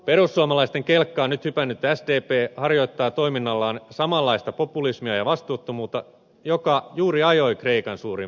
perussuomalaisten kelkkaan nyt hypännyt sdp harjoittaa toiminnallaan samanlaista populismia ja vastuuttomuutta joka juuri ajoi kreikan suuriin vaikeuksiin